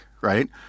right